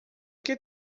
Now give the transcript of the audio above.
que